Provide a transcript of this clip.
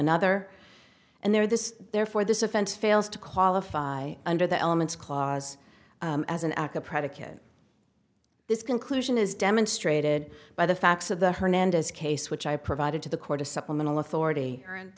another and there this therefore this offense fails to qualify under the elements clause as an act of predicate this conclusion is demonstrated by the facts of the hernandez case which i provided to the court a supplemental authority